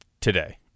today